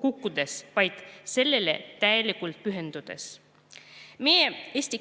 kukkudes, vaid sellele täielikult pühendudes. Meie eesti